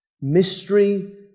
Mystery